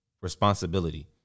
responsibility